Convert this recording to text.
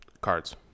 Cards